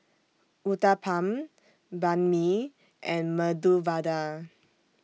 Uthapam Banh MI and Medu Vada